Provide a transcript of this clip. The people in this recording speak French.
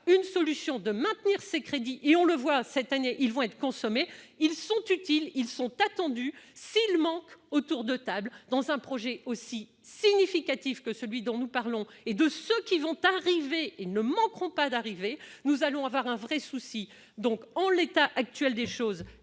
plus qu'urgent de maintenir ces crédits. On le voit, cette année, ils vont être consommés. Ils sont utiles ! Ils sont attendus ! S'ils manquent au tour de table dans un projet aussi significatif que celui dont nous parlons ou dans ceux qui ne manqueront pas d'arriver, nous aurons un vrai souci. En l'état actuel des choses